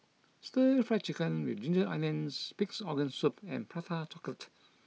Stir Fry Chicken with Ginger Oonions Pig'S Organ Soup and Prata Chocolate